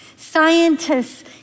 Scientists